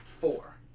four